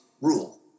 rule